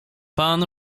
pan